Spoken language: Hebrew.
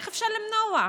איך אפשר למנוע?